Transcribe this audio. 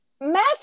Math